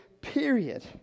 period